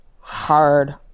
hard